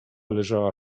leżała